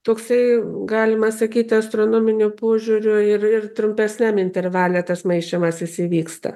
toksai galima sakyti astronominiu požiūriu ir ir trumpesniam intervale tas maišymasis įvyksta